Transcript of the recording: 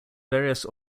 various